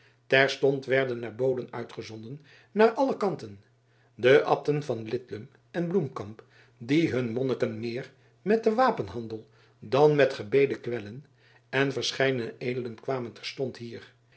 terstond werden er boden uitgezonden naar alle kanten de abten van lidlum en bloemkamp die hun monniken meer met den wapenhandel dan met gebeden kwellen en verscheidene edelen kwamen terstond hier